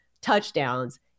touchdowns